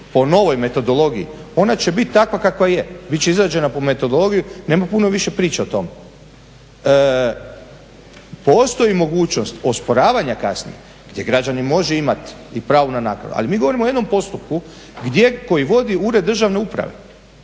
po novoj metodologiji, ona će biti takva kakva je, bit će izrađena po metodologiji, nema puno više priče o tome. Postoji mogućnost osporavanja kazne gdje građanin može imati i pravo na naknadu. Ali mi govorimo jednom postupku koji vodi ured državne uprave,